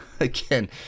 Again